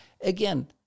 again